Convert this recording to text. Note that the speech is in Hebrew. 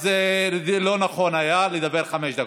אז זה לא היה נכון לדבר חמש דקות.